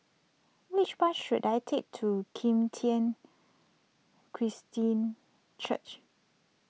which bus should I take to Kim Tian Christian Church